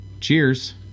Cheers